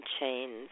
chains